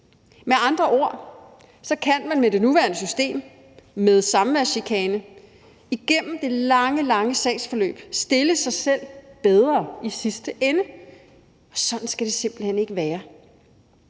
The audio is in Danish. Med andre ord kan man med det nuværende system med samværschikane igennem det lange, lange sagsforløb stille sig selv bedre i sidste ende. Sådan skal det simpelt hen ikke være.